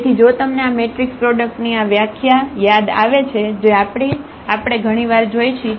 તેથી જો તમને આ મેટ્રિક્સ પ્રોડક્ટની આ વ્યાખ્યા યાદ આવે છે જે આપણે ઘણી વાર જોઇ છે